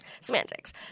Semantics